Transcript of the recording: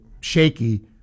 shaky